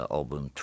album